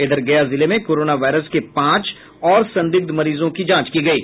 इधर गया जिले में कोरोना वायरस के पांच और संदिग्ध मरीजों की जांच की गयी